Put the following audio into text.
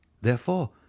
Therefore